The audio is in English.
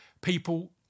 people